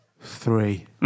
three